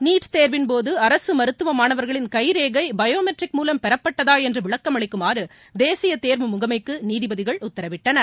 NEET தேர்வின்போது அரசு மருத்துவ மாணவர்களின் கைரேகை பயோமெட்ரிக் முலம் பெறப்பட்டதா என்று விளக்கம் அளிக்குமாறு தேசிய தேர்வு முகமைக்கு நீதிபதிகள் உத்தரவிட்டனர்